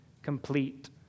Complete